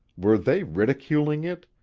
were they ridiculing it,